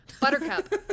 Buttercup